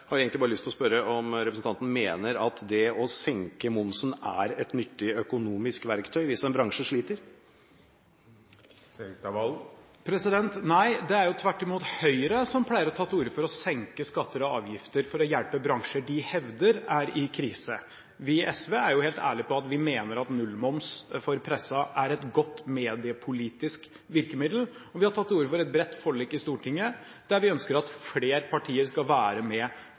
har egentlig bare lyst til å spørre om representanten mener at det å senke momsen er et nyttig økonomisk verktøy hvis en bransje sliter. Nei, det er tvert imot Høyre som pleier å ta til orde for å senke skatter og avgifter for å hjelpe bransjer de hevder er i krise. Vi i SV er helt ærlige på at vi mener at nullmoms for pressen er et godt mediepolitisk virkemiddel, og vi har tatt til orde for et bredt forlik i Stortinget, der vi ønsker at flere partier skal være med